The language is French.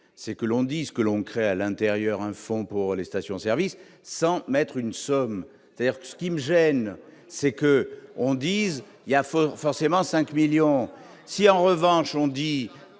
c'est que l'on dise ce que l'on crée à l'intérieur, un fonds pour les stations-service sans mettre une somme, c'est-à-dire ce qui me gêne, c'est que l'on dise il y a forcément 5 millions si, en revanche, on dit